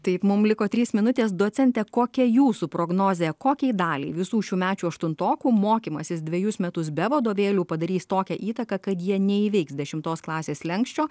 taip mum liko trys minutės docente kokia jūsų prognozė kokiai daliai visų šiųmečių aštuntokų mokymasis dvejus metus be vadovėlių padarys tokią įtaką kad jie neįveiks dešimtos klasės slenksčio